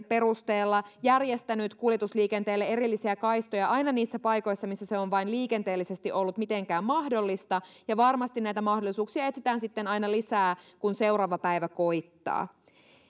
perusteella järjestänyt kuljetusliikenteelle erillisiä kaistoja aina niissä paikoissa missä se on vain liikenteellisesti ollut mitenkään mahdollista ja varmasti näitä mahdollisuuksia etsitään sitten aina lisää kun seuraava päivä koittaa